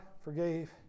forgave